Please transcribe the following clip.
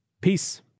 Peace